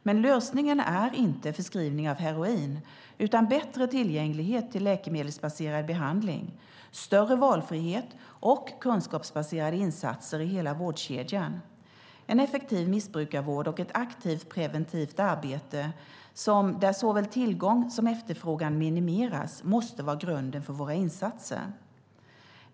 Men lösningen är inte förskrivning av heroin utan bättre tillgänglighet till läkemedelsbaserad behandling, större valfrihet och kunskapsbaserade insatser i hela vårdkedjan. En effektiv missbrukarvård och ett aktivt preventivt arbete där såväl tillgång som efterfrågan minimeras måste vara grunden för våra insatser.